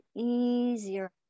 easier